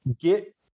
get